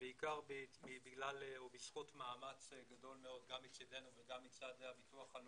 בעיקר בגלל או בזכות מאמץ גדול מאוד גם מצדנו וגם מצד הביטוח הלאומי,